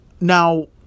now